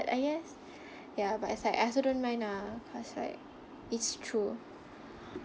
but I guess ya it's like I also don't mind ah cause like it's true